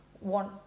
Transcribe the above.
want